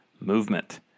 movement